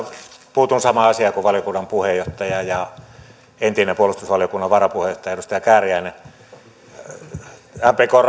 puutun samaan asiaan kuin valiokunnan puheenjohtaja ja entinen puolustusvaliokunnan varapuheenjohtaja edustaja kääriäinen mpkn